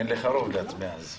אין לך רוב להצביע על זה.